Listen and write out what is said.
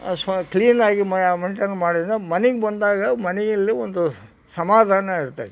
ಸ್ವ ಕ್ಲೀನಾಗಿ ಮೆಯ್ನ್ಟೇನ್ ಮಾಡಿದರೆ ಮನಿಗೆ ಬಂದಾಗ ಮನೆಯಲ್ಲಿ ಒಂದು ಸಮಾಧಾನ ಇರ್ತೈತಾಗ